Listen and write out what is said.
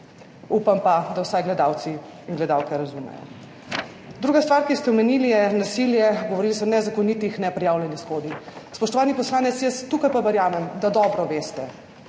Upam pa, da vsaj gledalci in gledalke razumejo. Druga stvar, ki ste jo omenili je nasilje. Govorili ste o nezakonitih, neprijavljenih shodih. Spoštovani poslanec, tukaj pa jaz verjamem, da dobro veste,